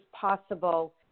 possible